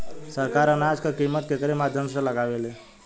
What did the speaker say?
सरकार अनाज क कीमत केकरे माध्यम से लगावे ले?